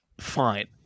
fine